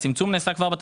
הצמצום נעשה כבר בתקציב.